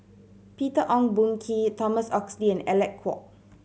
Peter Ong Boon Kwee Thomas Oxley and Alec Kuok